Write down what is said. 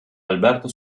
alberto